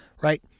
right